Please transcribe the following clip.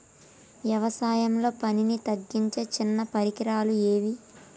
వ్యవసాయంలో పనిని తగ్గించే చిన్న పరికరాలు ఏవి?